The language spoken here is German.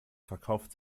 verkauft